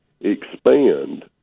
expand